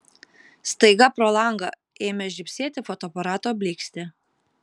staiga pro langą ėmė žybsėti fotoaparato blykstė